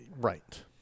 Right